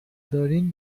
دارین